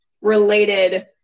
related